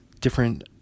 different